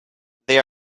they